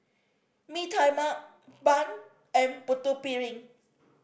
Mee Tai Mak bun and Putu Piring